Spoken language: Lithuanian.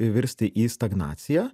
virsti į stagnaciją